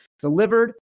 delivered